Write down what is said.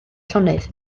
llonydd